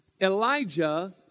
Elijah